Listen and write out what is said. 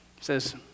says